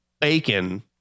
bacon